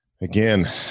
again